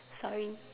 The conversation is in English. sorry